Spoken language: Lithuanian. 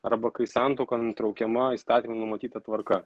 arba kai santuoka nutraukiama įstatymu numatyta tvarka